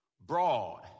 broad